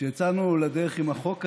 כשיצאנו לדרך עם החוק הזה,